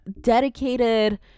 dedicated